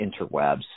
interwebs